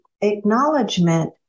acknowledgement